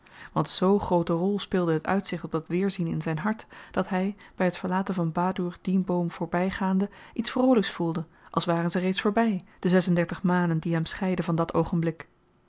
want z groote rol speelde het uitzicht op dat weerzien in zyn hart dat hy by t verlaten van badoer dien boom voorbygaande iets vroolyks voelde als waren ze reeds voorby de zes-en-dertig manen die hem scheidden van dat oogenblik